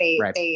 Right